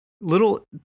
little